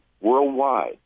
worldwide